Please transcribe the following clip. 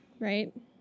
Right